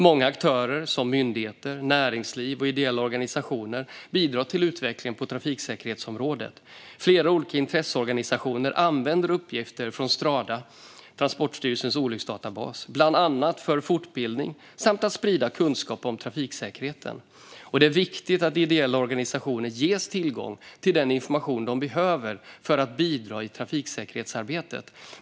Många aktörer, som myndigheter, näringsliv och ideella organisationer, bidrar till utvecklingen på trafiksäkerhetsområdet. Flera olika intresseorganisationer använder uppgifter från Strada , det vill säga Transportstyrelsens olycksdatabas, bland annat för fortbildning och för att sprida kunskap om trafiksäkerheten. Det är viktigt att ideella organisationer ges tillgång till den information de behöver för att bidra i trafiksäkerhetsarbetet.